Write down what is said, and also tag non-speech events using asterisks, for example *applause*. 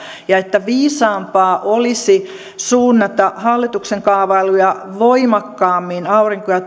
ja että viisaampaa olisi suunnata hallituksen kaavailuja voimakkaammin aurinko ja *unintelligible*